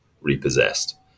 repossessed